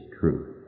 truth